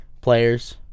players